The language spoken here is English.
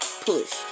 Push